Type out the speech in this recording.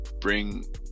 bring